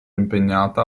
impegnata